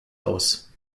aus